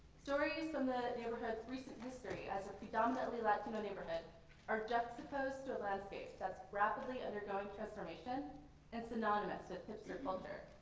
stories from the neighborhood's recent history has a predominantly latino neighborhood are juxtaposed to a landscape that's rapidly undergoing transformation and it's anonymous with hipster culture.